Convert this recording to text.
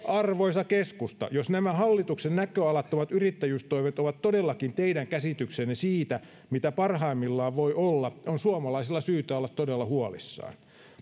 hyväksi arvoisa keskusta jos nämä hallituksen näköalattomat yrittäjyystoimet ovat todellakin teidän käsityksenne siitä mitä parhaimmillaan voi olla on suomalaisilla syytä olla todella huolissaan